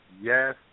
yes